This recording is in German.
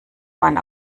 man